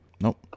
nope